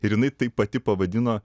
ir jinai taip pati pavadino